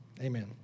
amen